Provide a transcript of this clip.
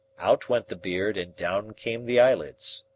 out went the beard and down came the eyelids.